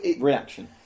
Reaction